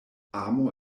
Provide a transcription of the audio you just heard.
amo